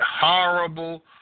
horrible